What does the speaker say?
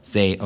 Say